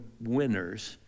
winners